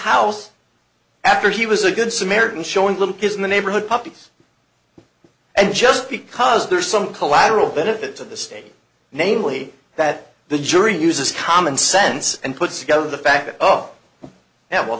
house after he was a good samaritan showing little kids in the neighborhood puppies and just because there's some collateral benefit to the state namely that the jury uses common sense and puts together the fact that oh yeah well